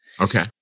Okay